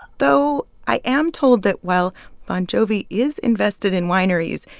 though i am told that while bon jovi is invested in wineries,